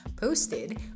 posted